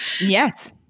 Yes